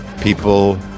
people